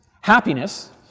Happiness